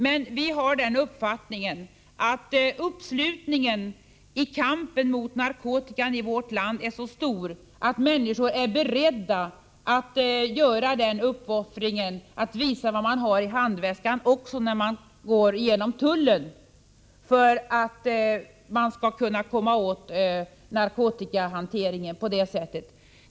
Vi har dock den uppfattningen att uppslutningen i kampen mot narkotikan i vårt land är så stor att människor är beredda att göra uppoffringen att visa vad de har i handväskan också när de går igenom tullen för att vi skall kunna komma åt narkotikahanteringen på det sättet.